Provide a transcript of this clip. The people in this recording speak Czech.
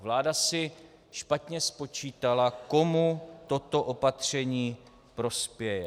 Vláda si špatně spočítala, komu toto opatření prospěje.